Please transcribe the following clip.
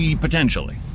potentially